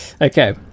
Okay